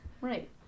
right